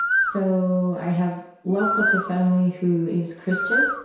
so i have lakota family who is christian.